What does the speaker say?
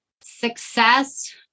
success